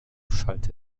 schallte